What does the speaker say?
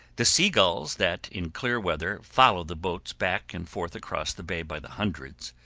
the sea gulls that in clear weather follow the boats back and forth across the bay by the hundreds,